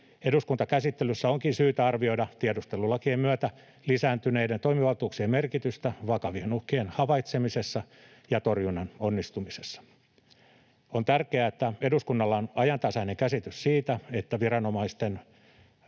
Eduskuntakäsittelyssä onkin syytä arvioida tiedustelulakien myötä lisääntyneiden toimivaltuuksien merkitystä vakavien uhkien havaitsemisessa ja torjunnan onnistumisessa. On tärkeää, että eduskunnalla on ajantasainen käsitys siitä, että viranomaisten